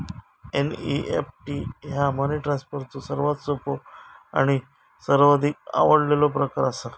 NEFT ह्या money ट्रान्सफरचो सर्वात सोपो आणि सर्वाधिक आवडलेलो प्रकार असा